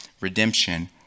redemption